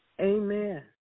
Amen